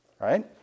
Right